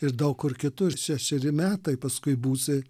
ir daug kur kitur šešeri metai paskui būsi